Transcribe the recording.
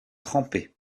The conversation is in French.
trempé